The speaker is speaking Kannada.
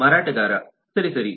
ಮಾರಾಟಗಾರ ಸರಿ ಸರಿ